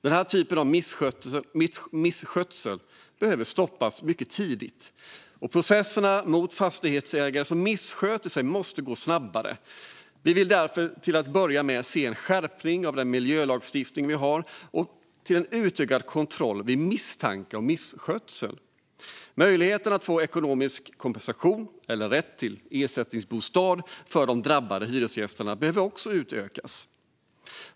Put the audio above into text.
Den typen av misskötsel måste stoppas tidigt, och processerna mot fastighetsägare som missköter sig måste gå snabbare. Vi vill därför till att börja med se en skärpt miljölagstiftning och en utökad kontroll vid misstanke om misskötsel. Möjligheten att få ekonomisk kompensation eller rätt till ersättningsbostad för drabbade hyresgäster behöver också utökas.